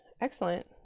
excellent